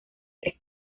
tres